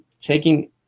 taking